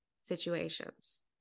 situations